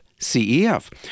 CEF